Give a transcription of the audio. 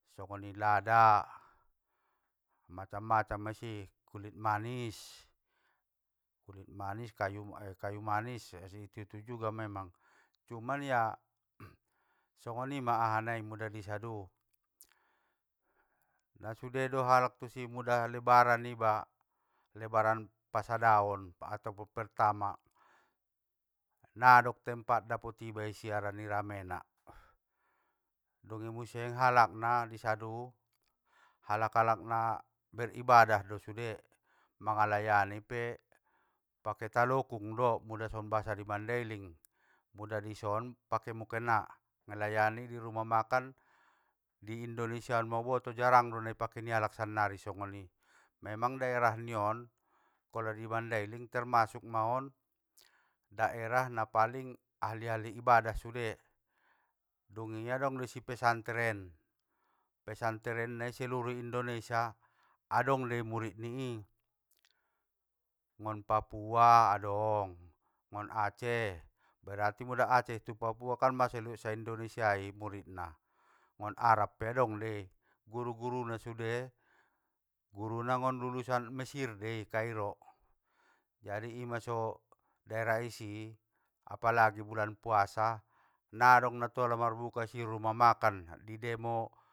Songoni lada, macam macam mai isi, kulit manis, kulit manis ka- kayu manis, sei tu itu juga memang. Cuman ya, songonima ahanai muda isadun, nasude do halak tu si muda lebaran iba, lebaran pasadaon ato pe-pertama, nadong tempat dapot iba isi harana ni ramena, dungi muse halakna isadu, halak halak na ber ibadah do sude, mangalayani pe, pake talokung do muda songon bahasa ni mandailing, muda ison pake mukena, malayani dirumah makan, di indonesiaon nauboto jarang do nai pake nialak sannari songgoni, memang daerah nion, muda i mandailing termasuk ma on, daerah na paling ahli ahli ibadah sude. Dungi adongdoi isi pesantren, pesantren nai seluruh indonesia adong dei murit ni i, nggon papua adong, nggon aceh, berarti muda aceh tu papua kan mang seluruh indonesiai muritna, nggon arab pe adong dei, guru guruna sude, guruna nggon lulusan mesir dei, kairo!, jadi ima so daerah isi, apalagi bulan puasa, nadong natola marbuka isi rumah makan, didemo.